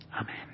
Amen